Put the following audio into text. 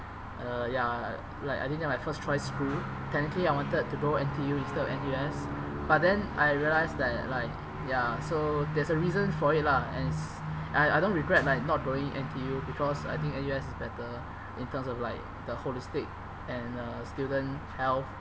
ya like I didn't get my first choice school technically I wanted to go N_T_U instead of N_U_S but then I realise that like ya so there's a reason for it lah and s~ I I don't regret like not going N_T_U because I think N_U_S is better in terms of like the holistic and like student health